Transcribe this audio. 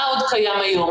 מה עוד קיים היום?